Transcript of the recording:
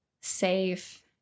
safe